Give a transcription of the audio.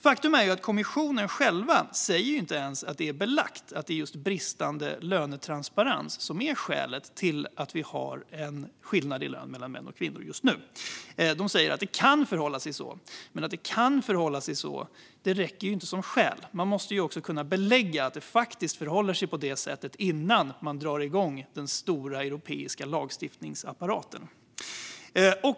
Faktum är att inte ens kommissionen själv säger att det är belagt att det är just bristande lönetransparens som är skälet till att vi har en skillnad i lön mellan män och kvinnor just nu. De säger att det kan förhålla sig så, men att det kan förhålla sig så räcker ju inte som skäl - man måste också kunna belägga att det faktiskt förhåller sig på det sättet innan man drar igång den stora europeiska lagstiftningsapparaten.